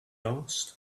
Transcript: asked